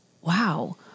Wow